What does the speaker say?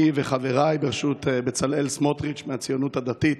אני וחבריי בראשות בצלאל סמוטריץ' מהציונות הדתית,